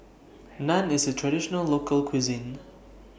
Naan IS A Traditional Local Cuisine